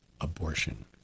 abortion